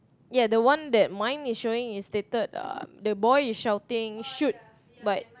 ya the one that mine is showing is stated um the boy is shouting shoot but